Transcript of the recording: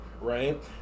right